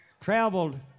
traveled